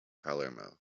palermo